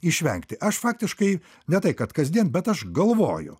išvengti aš faktiškai ne tai kad kasdien bet aš galvoju